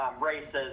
races